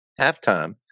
halftime